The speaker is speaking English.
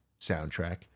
soundtrack